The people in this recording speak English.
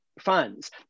funds